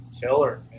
killer